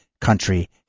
country